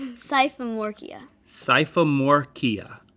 psyfomorkia. psyfomorkia,